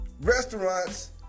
Restaurants